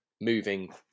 moving